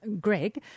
Greg